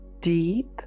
deep